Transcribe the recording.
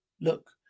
look